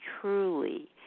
truly